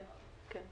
כן.